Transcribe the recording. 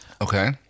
Okay